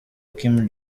kim